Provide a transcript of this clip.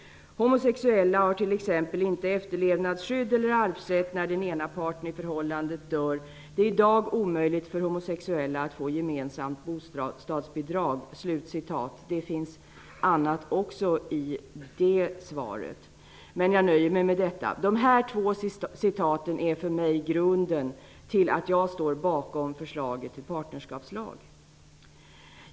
Homosexuella har t.ex. inte efterlevnadsskydd eller arvsrätt när den ena parten i förhållandet dör. Det är i dag omöjligt för homosexuella att få gemensamt bostadsbidrag.'' Det sades även annat i det yttrandet, men jag nöjer mig med det här exemplet. De här två citaten är för mig grunden till att jag står bakom förslaget till partnerskapslag.